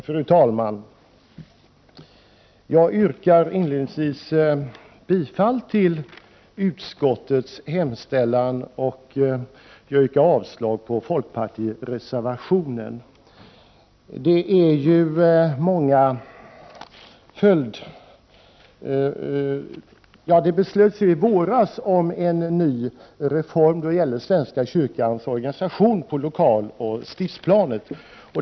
Fru talman! Jag yrkar inledningsvis bifall till utskottets hemställan och avslag på folkpartireservationen. Det beslöts i våras om en ny reform då det gäller svenska kyrkans organisation på lokaloch stiftsplanet.